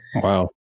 Wow